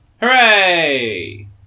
Hooray